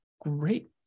great